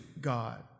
God